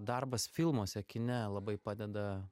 darbas filmuose kine labai padeda